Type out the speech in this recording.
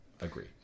Agree